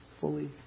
fully